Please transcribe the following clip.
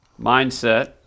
Mindset